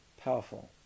powerful